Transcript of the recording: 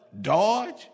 dodge